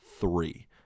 three